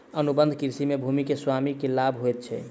अनुबंध कृषि में भूमि के स्वामी के लाभ होइत अछि